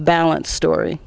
balance story